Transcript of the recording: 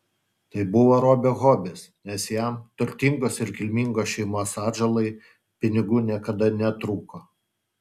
tai buvo robio hobis nes jam turtingos ir kilmingos šeimos atžalai pinigų niekada netrūko